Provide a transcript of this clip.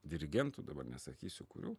dirigentų dabar nesakysiu kurių